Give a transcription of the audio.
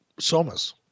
somas